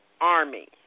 Army